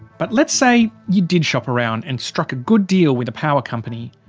but let's say you did shop around and struck a good deal with a power company.